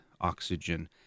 oxygen